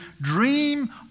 dream